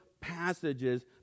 passages